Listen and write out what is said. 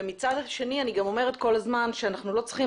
ומצד שני אני גם אומרת כל הזמן שזה לא צריך